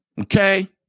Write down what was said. Okay